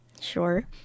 Sure